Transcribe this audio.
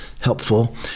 helpful